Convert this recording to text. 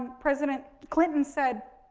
president clinton said,